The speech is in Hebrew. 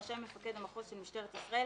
רשאי מפקד המחוז של משטרת ישראל